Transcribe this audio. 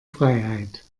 freiheit